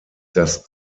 das